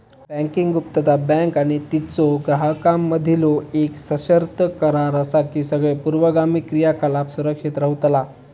banking गुप्तता, bank आणि तिच्यो ग्राहकांमधीलो येक सशर्त करार असा की सगळे पूर्वगामी क्रियाकलाप सुरक्षित रव्हतला